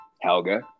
Helga